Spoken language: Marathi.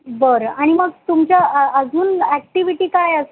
बरं आणि मग तुमच्या अजून ॲक्टिव्हिटी काय अस